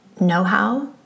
know-how